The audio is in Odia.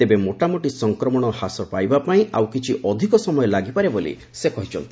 ତେବେ ମୋଟାମୋଟି ସଂକ୍ରମଣ ହ୍ରାସ ପାଇବା ପାଇଁ ଆଉ କିଛି ଅଧିକ ସମୟ ଲାଗିପାରେ ବୋଲି ସେ କହିଛନ୍ତି